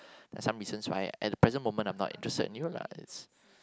there are some reasons why at the present moment I'm not interested in you lah